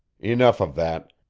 enough of that!